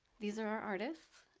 these are our artists.